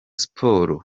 sports